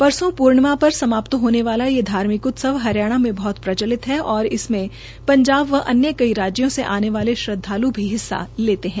परसों पूर्णिमा पर समाप्त होने वाला ये धार्मिक उत्सव हरियाणा में बहत प्रचलित है और इसमे पंजाब व अन्य राज्यों से आने वाले श्रद्वाल् भी हिस्सा लेते है